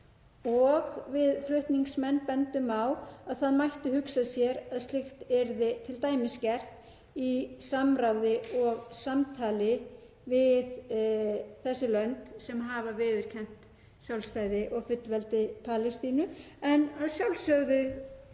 Við flutningsmenn bendum á að það mætti hugsa sér að slíkt yrði t.d. gert í samráði og samtali við þessi lönd sem hafa viðurkennt sjálfstæði og fullveldi Palestínu en að sjálfsögðu